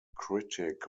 critic